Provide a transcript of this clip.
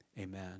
amen